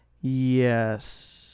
Yes